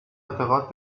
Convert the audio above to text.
اعتقاد